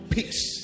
Peace